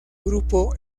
grupo